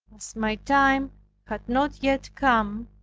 my time had not yet come,